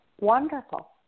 wonderful